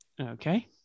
Okay